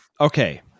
Okay